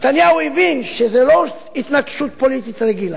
נתניהו הבין שזו לא התנגשות פוליטית רגילה.